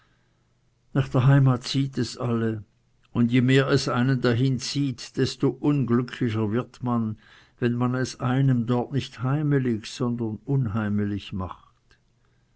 nach der heimat zieht es alle und je mehr es einen dahin zieht desto unglücklicher wird man wenn man es einem dort nicht heimelig sondern unheimelig macht